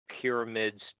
Pyramids